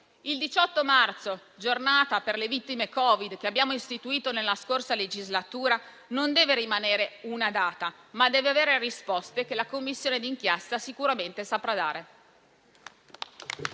Il 18 marzo, Giornata per le vittime Covid che abbiamo istituito nella scorsa legislatura, non deve rimanere una data, ma deve avere risposte che la Commissione d'inchiesta sicuramente saprà dare.